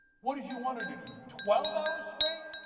what did you want her to do, twelve hours straight?